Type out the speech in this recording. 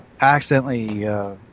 accidentally